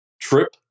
Trip